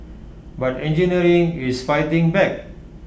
but engineering is fighting back